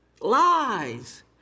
Lies